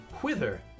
Whither